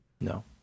No